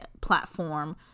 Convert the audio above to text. platform